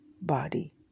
body